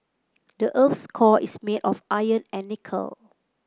the earth's core is made of iron and nickel